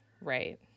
Right